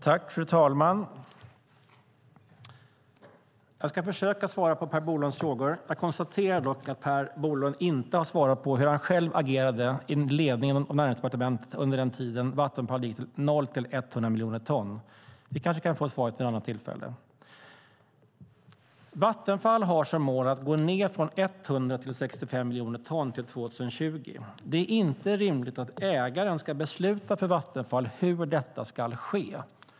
Fru talman! Jag ska försöka svara på Per Bolunds frågor. Jag konstaterar dock att Per Bolund inte har svarat på frågan hur han själv agerade i ledningen på Näringsdepartementet under den tid då Vattenfall gick från 0 till 100 miljoner ton. Vi kanske kan få svaret vid ett annat tillfälle. Vattenfall har som mål att gå ned från 100 till 65 miljoner ton till 2020. Det är inte rimligt att ägaren ska besluta för Vattenfall hur detta ska ske.